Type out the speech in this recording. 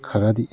ꯈꯔꯗꯤ